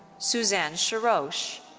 suzanne shorrosh.